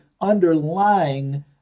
underlying